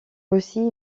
russie